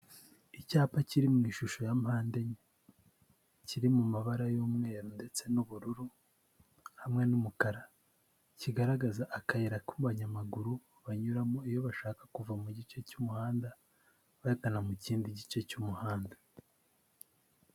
Icyapa kiri mu ishusho ya mpande enye, kiri mu mabara y'umweru ndetse n'ubururu hamwe n'umukara, kigaragaza akayira k'abanyamaguru banyuramo iyo bashaka kuva mu gice cy'umuhanda, bagana mu kindi gice cy'umuhanda.